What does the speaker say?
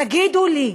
תגידו לי,